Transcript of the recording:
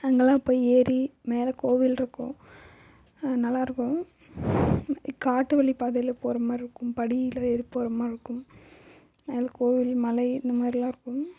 அங்கேலாம் போய் ஏறி மேலே கோவில் இருக்கும் நல்லாயிருக்கும் காட்டுவழி பாதையில் போகிற மாதிரி இருக்கும் படியில் ஏறி போகிற மாதிரி இருக்கும் மேலே கோவில் மலை இந்த மாதிரிலாம் இருக்கும்